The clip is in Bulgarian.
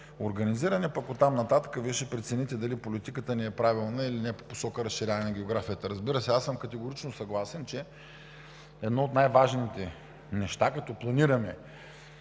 организирани, а оттам нататък Вие ще прецените дали политиката ни е правилна, или не е по посока на разширяване на географията. Разбира се, аз съм категорично съгласен, че това е едно от най-важните неща, като планираме